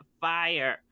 fire